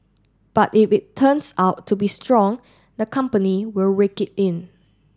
but if it turns out to be strong the company will rake it in